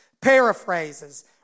paraphrases